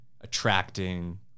attracting